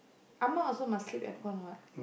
amma also must sleep aircon what